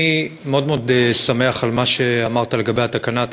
אני מאוד מאוד שמח על מה שאמרת לגבי התקנה התקציבית.